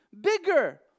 bigger